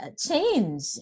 change